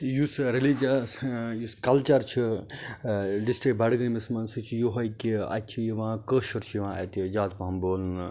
یُس ریٚلِجَس یُس کَلچَر چھُ ڈِسٹرک بَڈگٲمِس مَنٛز سُہ چھُ یِہوے کہِ اَتہِ چھُ یِوان کٲشُر چھُ یِوان اَتہِ زِیادٕ پَہَم بولنہٕ